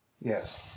Yes